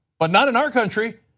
but not in our country.